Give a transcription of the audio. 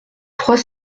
trois